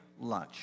lunch